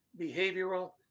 behavioral